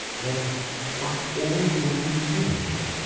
then why, all would be finished.